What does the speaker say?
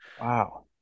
Wow